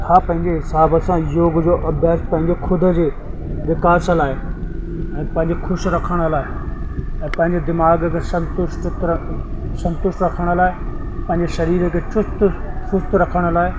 मां पंहिंजे हिसाब सां योग जो अभ्यास पंहिंजे ख़ुदि जे विकास लाइ ऐं पंहिंजे ख़ुशि रखण लाइ ऐं पंहिंजे दिमाग़ खे संतुष्ट कर संतुष्ट रखण लाइ पंहिंजे सरीर खे चुस्त सुस्त रखण लाइ